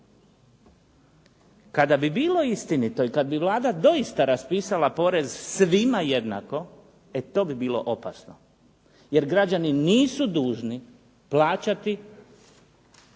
Kada bi bilo istinito i kad bi Vlada doista raspisala porez svima jednako e to bi bilo opasno jer građani nisu dužni plaćati